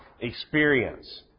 experience